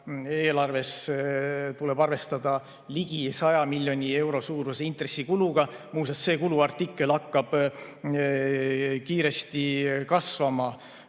eelarves tuleb arvestada ligi 100 miljoni euro suuruse intressikuluga. Muuseas, see kuluartikkel hakkab eelarves kiiresti kasvama